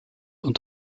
und